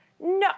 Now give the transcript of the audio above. No